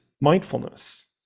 mindfulness